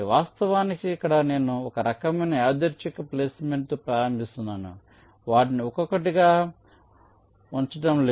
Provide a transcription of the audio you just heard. వాస్తవానికి ఇక్కడ నేను ఒక రకమైన యాదృచ్ఛిక ప్లేస్మెంట్తో ప్రారంభిస్తున్నాను వాటిని ఒక్కొక్కటిగా ఉంచడం లేదు